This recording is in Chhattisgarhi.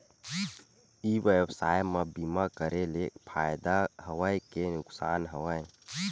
ई व्यवसाय म बीमा करे ले फ़ायदा हवय के नुकसान हवय?